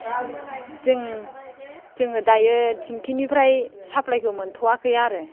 जों जोङो दायो थेंखिनिफ्राय साफ्लायखौ मोनथ'वाखै आरो